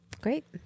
Great